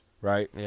right